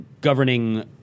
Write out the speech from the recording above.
governing –